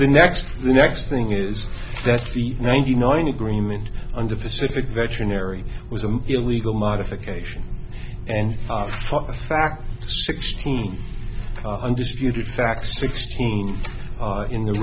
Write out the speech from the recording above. the next the next thing is that the ninety nine agreement on the pacific veterinary was an illegal modification and fact sixteen undisputed facts sixteen are in the